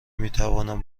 میتوانم